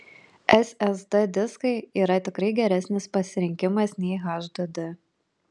ssd diskai yra tikrai geresnis pasirinkimas nei hdd